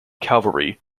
cavalry